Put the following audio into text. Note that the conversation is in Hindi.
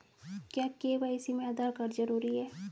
क्या के.वाई.सी में आधार कार्ड जरूरी है?